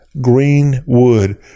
greenwood